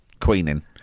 Queening